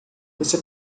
você